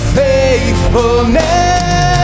faithfulness